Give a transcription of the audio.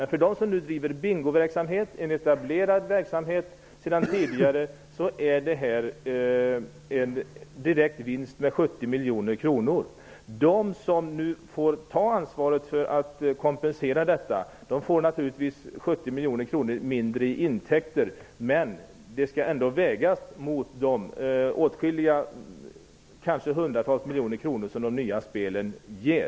För dem som driver en etablerad bingoverksamhet sedan tidigare innebär det här en direkt vinst på 70 miljoner kronor. De som nu får ta ansvaret för att kompensera detta får naturligtvis 70 miljoner kronor mindre i intäkter, men det skall vägas mot de åtskilliga, kanske hundratals, miljoner kronor som de nya spelen ger.